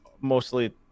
mostly